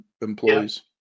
employees